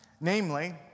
namely